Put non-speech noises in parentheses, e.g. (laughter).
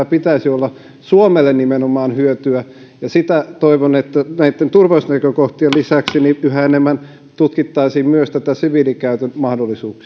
(unintelligible) pitäisi olla suomelle nimenomaan hyötyä ja toivon että näitten turvallisuusnäkökohtien lisäksi yhä enemmän tutkittaisiin myös näitä siviilikäytön mahdollisuuksia